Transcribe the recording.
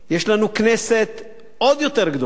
יש לנו כנסת עוד יותר גדולה,